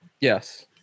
Yes